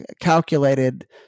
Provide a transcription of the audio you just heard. calculated